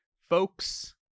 Folks